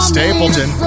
Stapleton